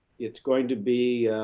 it's going to be,